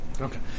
Okay